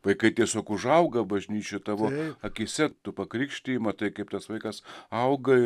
vaikai tiesiog užauga bažnyčioj tavo akyse tu pakrikštiji matai kaip tas vaikas auga